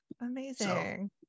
Amazing